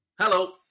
Hello